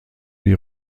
die